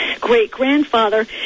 great-grandfather